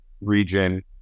region